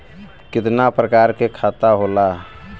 कितना प्रकार के खाता होला?